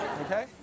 okay